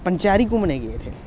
पंचैरी घुम्मने गी गे थे